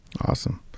Awesome